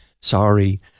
Sorry